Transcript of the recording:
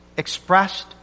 Expressed